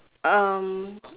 um